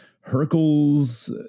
Hercules